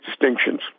distinctions